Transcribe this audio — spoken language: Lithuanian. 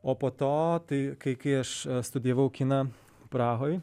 o po to tai kai kai aš studijavau kiną prahoj